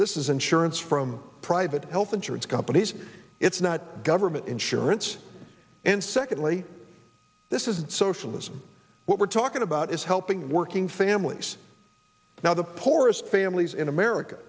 this is insurance from private health insurance companies it's not government insurance and secondly this is socialism what we're talking about is helping working families now the poorest families in america